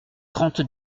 trente